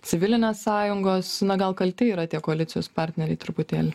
civilinės sąjungos na gal kalti yra tie koalicijos partneriai truputėlį